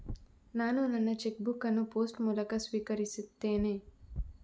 ನಾನು ನನ್ನ cheque book ಅನ್ನು ಪೋಸ್ಟ್ ಮೂಲಕ ಸ್ವೀಕರಿಸಿದ್ದೇನೆ